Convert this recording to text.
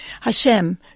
Hashem